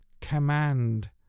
command